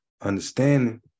understanding